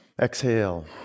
Exhale